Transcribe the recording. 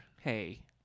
Hey